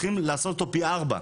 צריכים לעשות אותו פי ארבע.